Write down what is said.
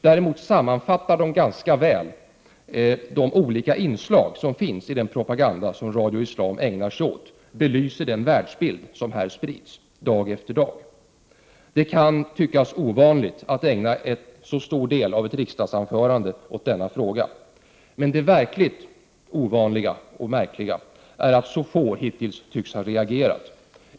Däremot sammanfattar det ganska väl olika inslag i den propaganda som Radio Islam ägnar sig åt. Det belyser den världsbild som där sprids dag efter dag. Det kan tyckas ovanligt att ägna en så stor del av ett riksdagsanförande åt denna fråga. Men det verkligt märkliga är att så få hittills tycks ha reagerat.